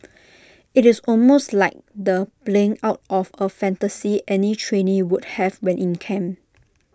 IT is almost like the playing out of A fantasy any trainee would have when in camp